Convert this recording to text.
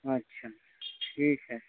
اچھا ٹھیک ہے